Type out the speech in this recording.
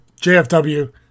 JFW